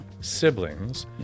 siblings